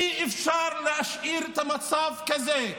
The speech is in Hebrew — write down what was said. אי-אפשר להשאיר את המצב כזה.